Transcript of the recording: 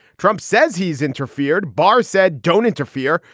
trump says he's interfered. barr said don't interfere.